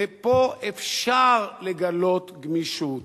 ופה אפשר לגלות גמישות.